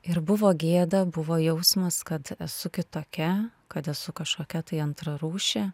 ir buvo gėda buvo jausmas kad esu kitokia kad esu kažkokia tai antrarūšė